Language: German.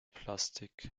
plastik